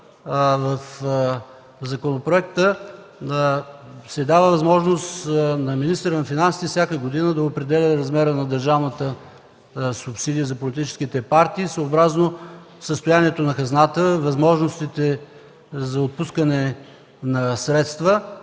формулировката в законопроекта, се дава възможност на министъра на финансите всяка година да определя размера на държавната субсидия за политическите партии съобразно състоянието на хазната, възможностите за отпускане на средства.